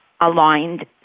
Aligned